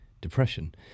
depression